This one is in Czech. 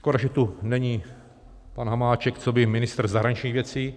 Škoda že tu není pan Hamáček coby ministr zahraničních věcí.